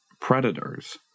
predators